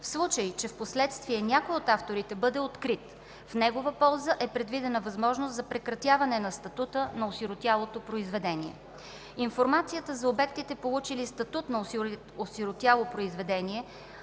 В случай че впоследствие някой от авторите бъде открит, в негова полза е предвидена възможност за прекратяване на статута на осиротяло произведение. Информацията за обектите, получили статут на осиротяло произведение,